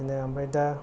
बिदिनो ओमफ्राय दा